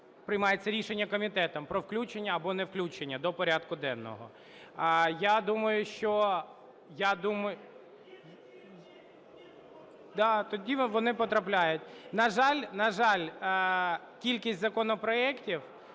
приймається рішення комітетом про включення або невключення до порядку денного. Я думаю, що… Я думаю… Так, тоді вони потрапляють. На жаль, кількість законопроектів